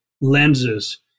lenses